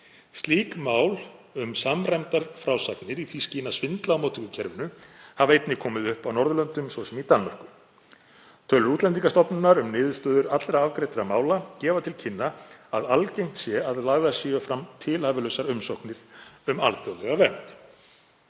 Slík mál um samræmdar frásagnir í því skyni að svindla á móttökukerfinu hafa einnig komið upp á Norðurlöndum svo sem í Danmörku. Tölur Útlendingastofnunar um niðurstöður allra afgreiddra mála gefa til kynna að algengt sé að lagðar séu fram tilhæfulausar umsóknir um alþjóðlega vernd.“